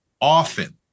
often